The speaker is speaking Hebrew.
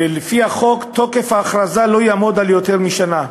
ולפי החוק תוקף ההכרזה לא יעמוד על יותר משנה.